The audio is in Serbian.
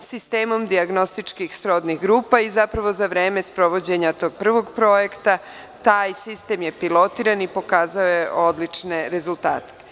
sistemom dijagnostičkih srodnih grupa i zapravo za vreme sprovođenja tog Prvog projekta taj sistem je pilotiran i pokazao je odlične rezultate.